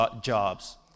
jobs